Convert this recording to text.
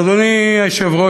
אז, אדוני היושב-ראש,